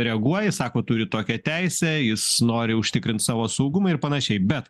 reaguoja jis sako turi tokią teisę jis nori užtikrint savo saugumą ir panašiai bet